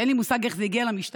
שאין לי מושג איך זה הגיע למשטרה,